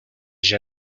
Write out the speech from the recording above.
j’ai